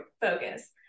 focus